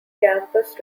campus